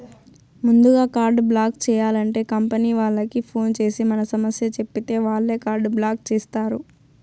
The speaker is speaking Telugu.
ముందుగా కార్డు బ్లాక్ చేయాలంటే కంపనీ వాళ్లకి ఫోన్ చేసి మన సమస్య చెప్పితే వాళ్లే కార్డు బ్లాక్ చేస్తారు